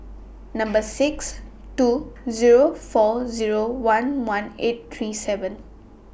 Number six two Zero four Zero one one eight three seven